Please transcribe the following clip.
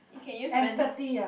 you can use man